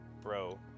bro